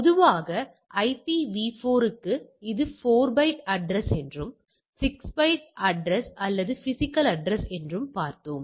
பொதுவாக ஐபிவி 4 க்கு இது 4 பைட் அட்ரஸ் என்றும் இது 6 பைட் அட்ரஸ் அல்லது பிஸிக்கல் அட்ரஸ் என்றும் பார்த்தோம்